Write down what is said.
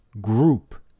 group